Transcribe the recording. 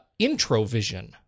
IntroVision